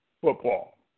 football